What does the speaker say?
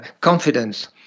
confidence